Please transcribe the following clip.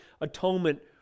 atonement